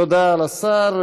תודה לשר.